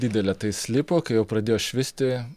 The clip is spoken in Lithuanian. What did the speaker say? didelė tai jis lipo kai jau pradėjo švisti